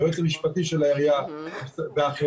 היועץ המשפטי של העירייה ואחרים.